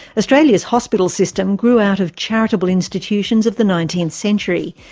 australia's hospital system grew out of charitable institutions of the nineteenth century,